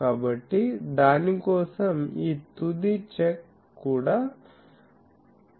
కాబట్టి దాని కోసం ఈ తుది చెక్ కూడా ఉండాలి